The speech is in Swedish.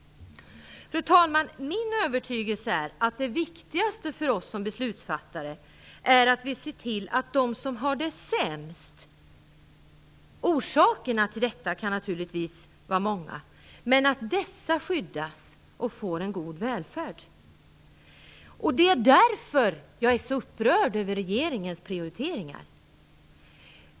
Fru talman! Min övertygelse är att det viktigaste för oss som beslutsfattare är att vi ser till att de som har det sämst - orsakerna kan naturligtvis vara många - skyddas och får en god välfärd. Det är därför jag är så upprörd över regeringens prioriteringar.